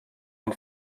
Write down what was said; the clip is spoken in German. ein